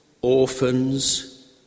orphans